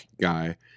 guy